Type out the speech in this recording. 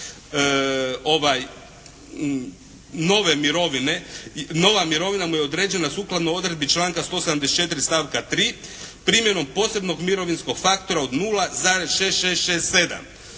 nova mirovina mu je određena sukladno odredbi članka 174. stavka 3. primjenom posebnog mirovinskog faktora od 0,6667